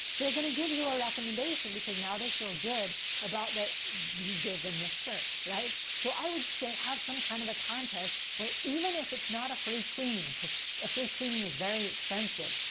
they're going to give you a recommendation because now they feel good about that you gave them this shirt. right? so, i would say have some kind of a contest where even if it's not a free cleaning, because a free cleaning is very expensive,